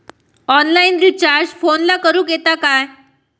Online recharge फोनला करूक येता काय?